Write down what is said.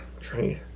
train